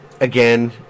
again